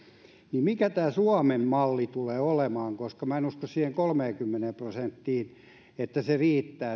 mikä tämä suomen malli tulee olemaan minä en usko siihen kolmeenkymmeneen prosenttiin että se riittää